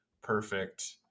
perfect